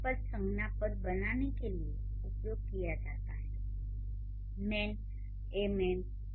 उपपद संज्ञा पद बनाने के लिए उपयोग किया जाता है 'मैन' 'ए मैन'